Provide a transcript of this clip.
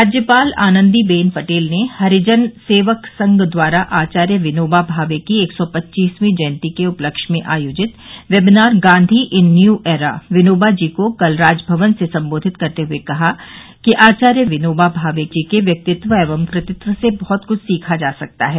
राज्यपाल आनंदीबेन पटेल ने हरिजन सेवक संघ द्वारा आचार्य विनोबा भावे की एक सौ पच्चीसर्वी जयंती वर्ष के उपलक्ष्य में आयोजित webinar Gandhi in new era Vinoba ji को कल राजभवन से सम्बोधित करते हुए कहा कि आचार्य विनोबा भावे जी के व्यक्तित्व एवं कृतित्व से बहुत कृष्ठ सीखा जा सकता है